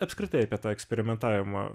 apskritai apie tą eksperimentavimą